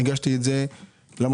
הגשתי את זה למזכירות.